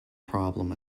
problem